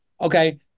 Okay